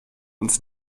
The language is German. uns